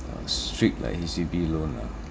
uh s~ strict like H_D_B loan lah